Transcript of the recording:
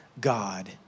God